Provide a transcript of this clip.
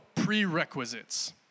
Prerequisites